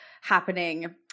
happening